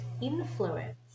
Influence